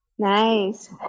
nice